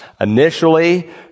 Initially